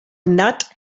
knut